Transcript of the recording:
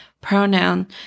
pronoun